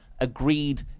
agreed